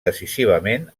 decisivament